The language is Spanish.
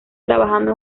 trabajando